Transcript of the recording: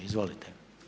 Izvolite.